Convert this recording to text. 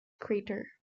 crater